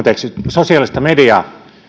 sosiaalista mediaa